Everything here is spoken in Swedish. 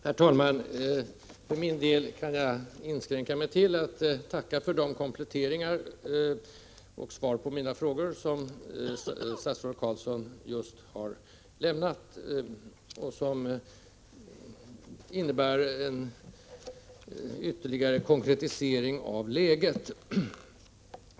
Herr talman! För min del kan jag inskränka mig till att tacka för de kompletteringar och svar på mina frågor som statsrådet Carlsson just har lämnat och som innebär en ytterligare konkretisering av läget.